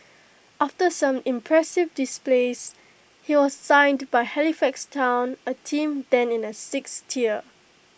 after some impressive displays he was signed by Halifax Town A team then in the sixth tier